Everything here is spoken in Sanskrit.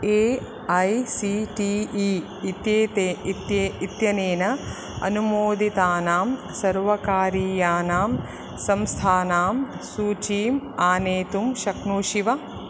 A I C T E इत्यनेन अनुमोदितानां सर्वकारीयानां संस्थानां सूचीम् आनेतुं शक्नोषि वा